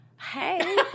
Hey